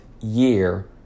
year